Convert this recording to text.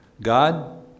God